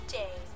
day